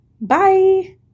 Bye